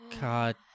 god